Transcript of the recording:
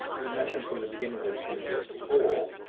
we mentioned from the beginning there was going to be a poll.